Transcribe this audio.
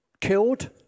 killed